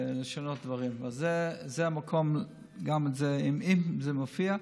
לשנות דברים, אז זה המקום, גם את זה, אם זה מופיע.